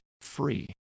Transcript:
free